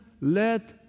let